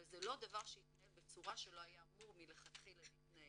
אבל זה לא דבר שהתנהל בצורה שלא היה אמור מלכתחילה להתנהל.